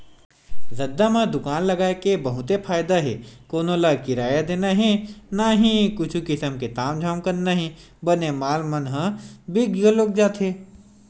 रद्दा म दुकान लगाय के बहुते फायदा हे कोनो ल किराया देना हे न ही कुछु किसम के तामझाम करना हे बने माल मन ह बिक घलोक जाथे